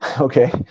okay